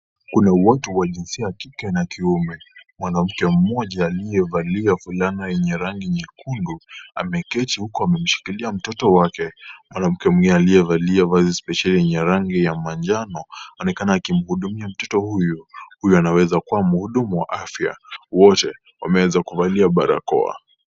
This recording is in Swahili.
Kuna watu wa jinsia ya kike na kiume, mwanamke mmoja aliyevalia fulana yenye rangi nyekundu, ameketi huku amemshikilia mtoto wake, mwanamke mwingine aliyevalia shati lenye rangi spesheli ya manjano, anaonekana akimhufumia mtoto huyu, huyu anaweza kuwa muhudumu wa afya, wote, wameweza kuvalia barakoa.